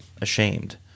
ashamed